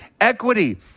equity